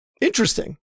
interesting